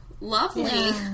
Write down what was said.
lovely